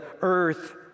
earth